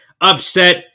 Upset